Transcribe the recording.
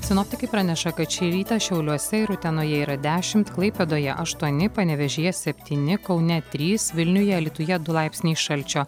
sinoptikai praneša kad šį rytą šiauliuose ir utenoje yra dešimt klaipėdoje aštuoni panevėžyje septyni kaune trys vilniuje alytuje du laipsniai šalčio